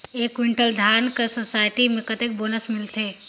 एक कुंटल धान कर सोसायटी मे कतेक बोनस मिलथे?